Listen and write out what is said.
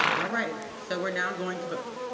ah righty. so we're now going to vote.